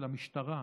של המשטרה,